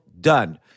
done